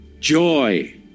Joy